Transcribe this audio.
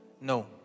no